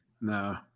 no